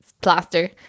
plaster